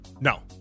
No